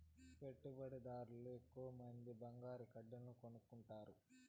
పెట్టుబడిదార్లు ఎక్కువమంది బంగారు కడ్డీలను కొనుక్కుంటారు